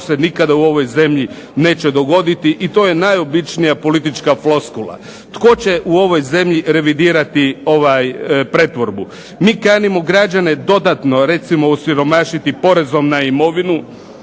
to se nikada u ovoj zemlji neće dogoditi, i to je najobičnija politička floskula. Tko će u ovoj zemlji revidirati pretvorbu? Mi kanimo građane dodatno, recimo osiromašiti porezom na imovinu,